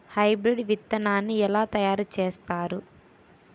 Hybrid విత్తనాన్ని ఏలా తయారు చేస్తారు?